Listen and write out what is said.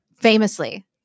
famously